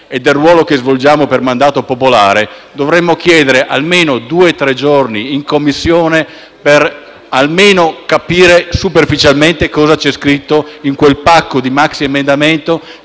e del ruolo che svolgiamo per mandato popolare, dovremmo chiedere perlomeno due-tre giorni di esame in Commissione per capire almeno superficialmente cosa c'è scritto in quel pacco di maxiemendamento